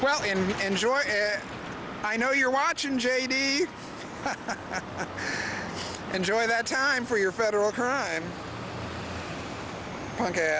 well and enjoy i know you're watching j d enjoy that time for your federal crime